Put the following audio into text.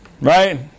Right